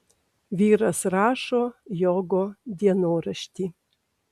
vyras rašo jogo dienoraštį